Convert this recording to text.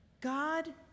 God